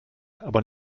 aber